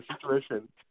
situation